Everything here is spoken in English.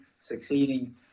succeeding